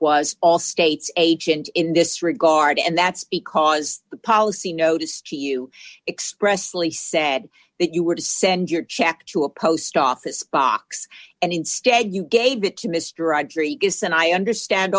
was all state's agent in this regard and that's because the policy notice to you express lee said that you were to send your check to a post office box and instead you gave it to mr rodriguez and i understand